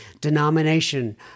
denomination